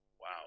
Wow